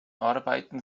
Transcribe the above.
arbeiten